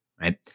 right